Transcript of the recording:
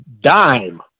dime